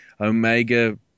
Omega